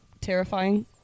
Terrifying